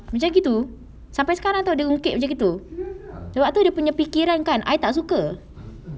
macam gitu sampai sekarang [tau] dia mungkir macam gitu atau dia punya fikiran kan I tak suka